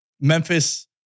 Memphis